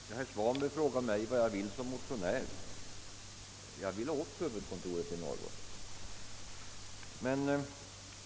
Herr talman! Herr Svanberg frågade mig vad jag vill som motionär. Jag vill få upp huvudkontoret till Norrbotten!